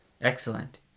Excellent